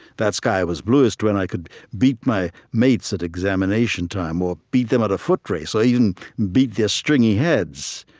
that sky was bluest when i could beat my mates at examination-time or beat them at a foot-race or even beat their stringy heads.